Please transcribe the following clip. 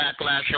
backlash